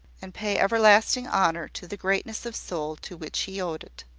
and pay everlasting honour to the greatness of soul to which he owed it.